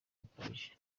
bukabije